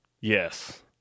Yes